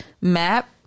map